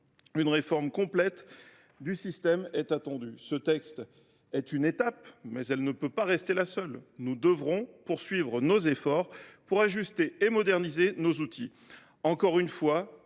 Une réforme complète du système est attendue. Ce texte n’est qu’une étape, qui ne peut rester la seule. Nous devrons poursuivre nos efforts pour ajuster et moderniser nos outils. Encore une fois,